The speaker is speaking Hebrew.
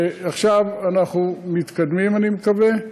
עכשיו אנחנו מתקדמים, אני מקווה.